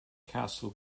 castle